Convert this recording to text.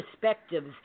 perspectives